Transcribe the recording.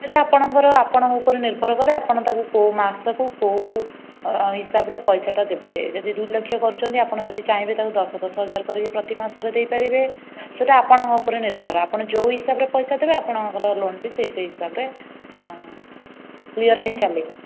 ସେହିଟା ଆପଣଙ୍କର ଆପଣଙ୍କ ଉପରେ ନିର୍ଭର କରେ ଆପଣ ତାକୁ କେଉଁ ମାସକୁ କେଉଁ ହିସାବରେ ପଇସାଟା ଦେବେ ଯଦି ଦୁଇ ଲକ୍ଷ କରୁଛନ୍ତି ଆପଣ ଯଦି ଚାହିଁବେ ତାକୁ ଦଶ ଦଶ ହଜାର କରିକି ପ୍ରତି ମାସରେ ଦେଇପାରିବେ ସେହିଟା ଆପଣଙ୍କ ଉପରେ ନିର୍ଭର ଆପଣ ଯେଉଁ ହିସାବରେ ପଇସା ଦେବେ ଆପଣଙ୍କର ଲୋନ୍ଟି ସେହି ସେହି ହିସାବରେ କ୍ଳିଅର ହୋଇ ଚାଲିବ